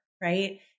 right